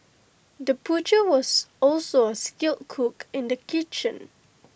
the butcher was also A skilled cook in the kitchen